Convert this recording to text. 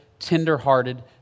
tenderhearted